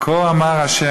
"כה אמר ה',